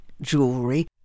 jewelry